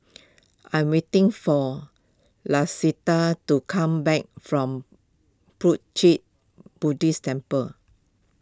I am waiting for Lisette to come back from Puat Jit Buddhist Temple